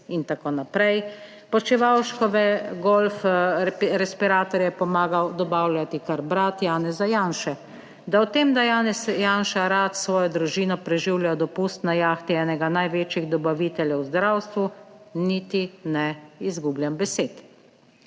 itn. Počivalškove golf respiratorje je pomagal dobavljati kar brat Janeza Janše, da o tem, da Janez Janša rad s svojo družino preživlja dopust na jahti enega največjih dobaviteljev v zdravstvu, niti ne izgubljam besed.